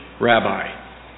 rabbi